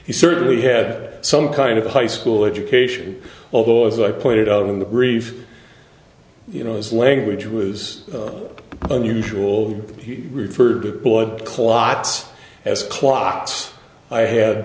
he certainly had some kind of high school education although as i pointed out in the brief you know his language was unusual he referred to blood clots as clots i had